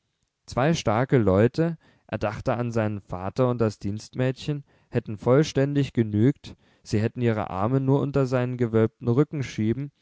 zwei starke leute er dachte an seinen vater und das dienstmädchen hätten vollständig genügt sie hätten ihre arme nur unter seinen gewölbten rücken schieben